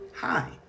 hi